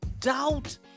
doubt